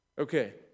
Okay